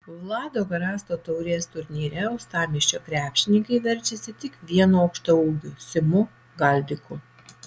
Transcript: vlado garasto taurės turnyre uostamiesčio krepšininkai verčiasi tik vienu aukštaūgiu simu galdiku